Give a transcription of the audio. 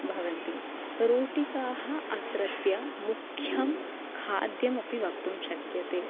भवन्ति रोटिकाः अत्रत्याः मुख्यं खाद्यमपि वक्तुं शक्यते